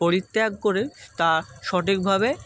পরিত্যাগ করে তা সঠিকভাবে